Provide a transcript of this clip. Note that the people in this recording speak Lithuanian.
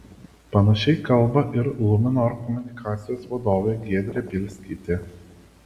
panašiai kalba ir luminor komunikacijos vadovė giedrė bielskytė